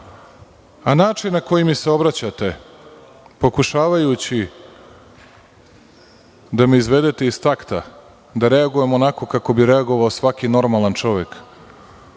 način na koji mi se obraćate, pokušavajući da me izvedete iz takta, da reagujem onako kako bi reagovao svaki normalan čovek,